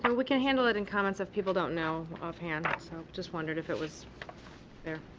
and we can handle it in comments if people don't know off hand, so just wondered if it was there.